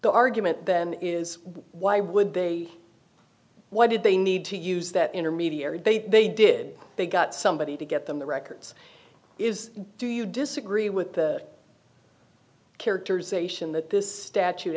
the argument then is why would they why did they need to use that intermediary they did they got somebody to get them the records is do you disagree with the characterization that this statute